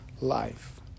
life